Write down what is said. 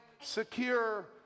secure